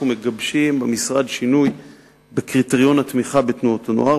אנחנו מגבשים במשרד שינוי בקריטריון התמיכה בתנועות הנוער,